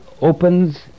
opens